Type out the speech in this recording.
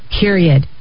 period